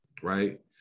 right